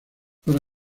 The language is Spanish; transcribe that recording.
para